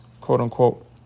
quote-unquote